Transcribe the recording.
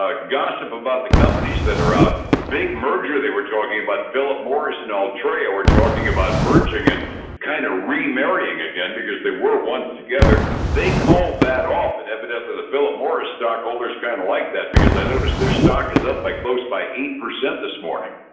ah gossip about the companies that are out big merger they were talking about, philip morris and altria were talking about merging and kind of remarrying again, because they were once together they called that off, and evidently the phillip morris stockholders kind of like that, because i notice their stock is up by close by eight percent this morning.